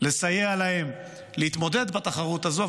לסייע להם להתמודד בתחרות הזו,